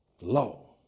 Law